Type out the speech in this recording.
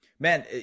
man